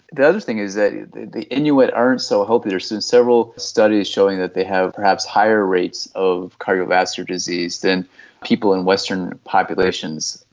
the other thing is that the the inuit aren't so healthy. there's been several studies showing that they have perhaps higher rates of cardiovascular disease than people in western populations,